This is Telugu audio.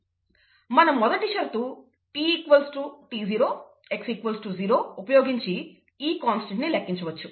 మన మన మొదటి షరతు t t0 x 0 ఉపయోగించి ఈ కాన్స్టెంట్ ను లెక్కించవచ్చు